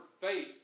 faith